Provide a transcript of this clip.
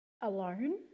alone